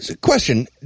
Question